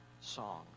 song